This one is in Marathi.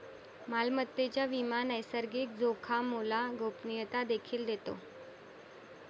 मालमत्तेचा विमा नैसर्गिक जोखामोला गोपनीयता देखील देतो